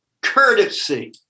courtesy